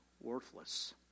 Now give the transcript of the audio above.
worthless